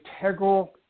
integral